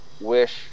wish